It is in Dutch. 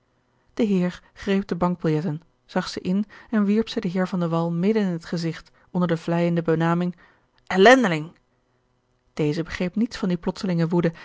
de heer greep de bankbiljetten zag ze in en wierp ze den heer van de wall midden in het gezigt onder de vleijende benaming ellendeling deze begreep niets van die plotselinge woede